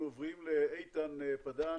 אנחנו עוברים לאיתן פדן,